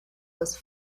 was